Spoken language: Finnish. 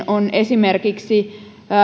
on esimerkiksi